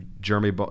Jeremy